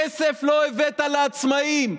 כסף לא הבאת לעצמאים.